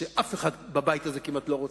שכמעט אף אחד בבית הזה לא רוצה,